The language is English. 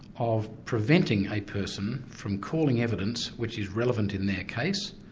of preventing a person from calling evidence which is relevant in their case.